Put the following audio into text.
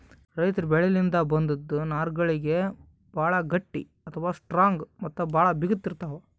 ರೈತರ್ ಬೆಳಿಲಿನ್ದ್ ಬಂದಿಂದ್ ನಾರ್ಗಳಿಗ್ ಭಾಳ್ ಗಟ್ಟಿ ಅಥವಾ ಸ್ಟ್ರಾಂಗ್ ಮತ್ತ್ ಭಾಳ್ ಬಿಗಿತ್ ಇರ್ತವ್